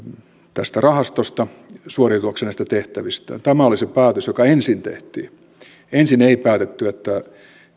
tästä rahastosta suoriutuakseen näistä tehtävistään tämä oli se päätös joka ensin tehtiin ensin ei päätetty että